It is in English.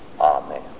Amen